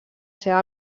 seva